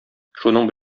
шуның